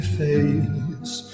face